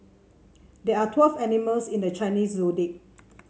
there are twelve animals in the Chinese Zodiac